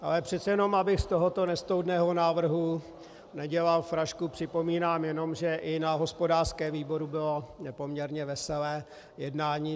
Ale přece jenom, abych z tohoto nestoudného návrhu nedělal frašku, připomínám jenom, že i na hospodářském výboru bylo poměrně veselé jednání.